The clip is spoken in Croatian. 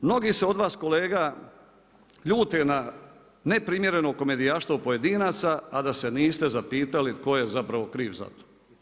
Mnogi se od vas kolega ljute na neprimjereno komedijaštvo pojedinaca a da se niste zapitali tko je zapravo kriv za to.